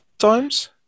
times